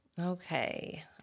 okay